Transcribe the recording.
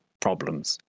problems